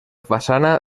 façana